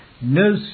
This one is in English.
No